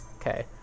Okay